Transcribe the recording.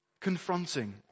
confronting